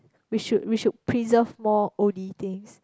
we should we should preserve more oldie things